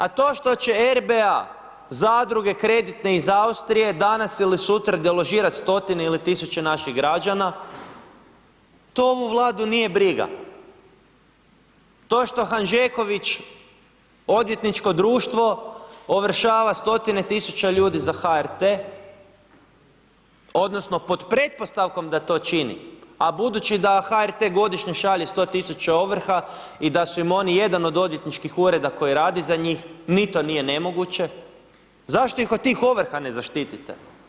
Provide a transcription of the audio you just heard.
A to što će RBA, zadruge kreditne iz Austrije danas ili sutra deložirati stotine ili tisuće naših građana, to ovu Vladu nije briga, to što Hanžeković, odvjetničko društvo ovršava stotine tisuća ljudi za HRT, odnosno pod pretpostavkom da to čini, a budući da HRT godišnje šalje 100.000 ovrha i da su im oni jedan od odvjetničkih ureda koji radi za njih, ni to nije nemoguće, zašto ih od tih ovrha ne zaštitite?